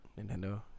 Nintendo